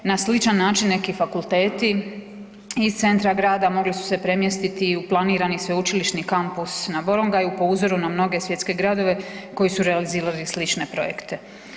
Na sličan način neki fakulteti iz centra Grada mogli su se premjestiti i u planirani sveučilišni kampus na Borongaju po uzoru na mnoge svjetske gradove koji su realizirali slične projekte.